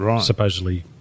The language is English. supposedly